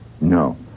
No